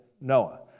Noah